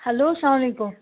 hello سلام علیکُم